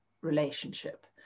relationship